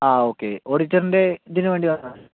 ആ ഓക്കെ ഓഡിറ്ററിൻ്റെ ഇതിന് വേണ്ടി വന്നതാണോ